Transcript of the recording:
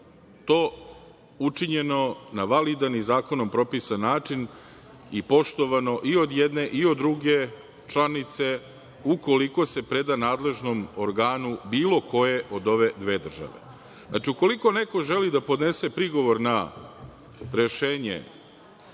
to učinjeno na validan i zakonom propisan način i poštovano i od jedne i od druge članice ukoliko se preda nadležnom organu bilo koje od ove dve države. Znači, ukoliko neko želi da podnese prigovor na rešenje